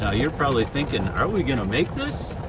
ah you're probably thinking, are we gonna make this?